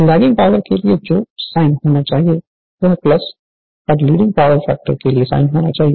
lagging power के लिए जो साइन होना चाहिए वह और लीडिंग पावर फैक्टर साइन के लिए होना चाहिए